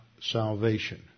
salvation